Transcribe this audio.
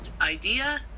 idea